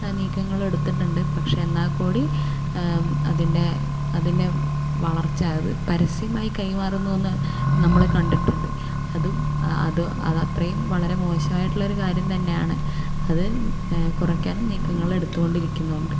നീക്കങ്ങളും എടുത്തിട്ടുണ്ട് പക്ഷെ എന്നാൽക്കൂടി അതിൻ്റെ അതിനു വളർച്ച അതു പരസ്യമായി കൈമാറുന്നുവെന്നു നമ്മൾ കണ്ടിട്ടുണ്ട് അതും അ അത് അത്രയും വളരെ മോശമായിട്ടുള്ള ഒരു കാര്യം തന്നെയാണ് അതു കുറയ്ക്കാനും നീക്കങ്ങളെടുത്തു കൊണ്ടിരിക്കുന്നുണ്ട്